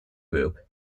group